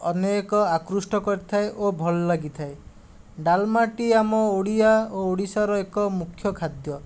ଅନେକ ଆକୃଷ୍ଟ କରିଥାଏ ଓ ଭଲ ଲାଗିଥାଏ ଡାଲମାଟି ଆମ ଓଡ଼ିଆ ଓ ଓଡ଼ିଶାର ଏକ ମୁଖ୍ୟ ଖାଦ୍ୟ